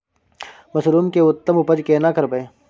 Mushroom के उत्तम उपज केना करबै?